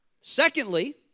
Secondly